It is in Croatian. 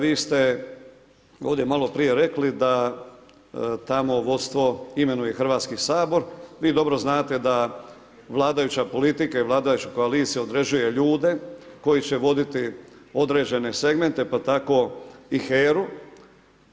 Vi ste ovdje maloprije rekli da tamo vodstvo imenuje Hrvatski sabor, vi dobro znate da vladajuća politika i vladajuća koalicija određuje ljude koji će voditi određene segmente pa tako i HERA-u.